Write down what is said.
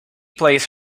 plays